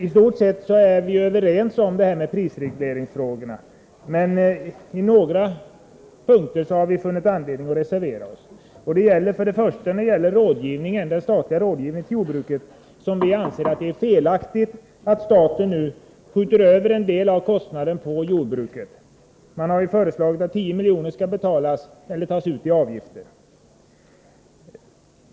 I stort sett är vi överens i prisregleringsfrågorna, men på några punkter har vi funnit anledning att reservera oss. En av dessa är den statliga rådgivningen till jordbruket. Vi anser det felaktigt att staten skjuter över en del av kostnaderna på jordbruket genom förslaget att 10 milj.kr. skall tas ut i avgifter.